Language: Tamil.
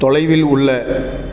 தொலைவில் உள்ள